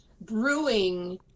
brewing